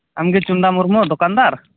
ᱟᱢᱜᱮ ᱪᱩᱱᱰᱟ ᱢᱩᱨᱢᱩ ᱫᱚᱠᱟᱱᱫᱟᱨ